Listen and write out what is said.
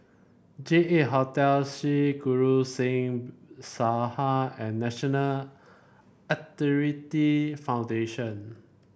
J eight Hotel Sri Guru Singh Sabha and National Arthritis Foundation